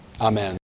Amen